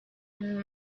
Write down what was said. and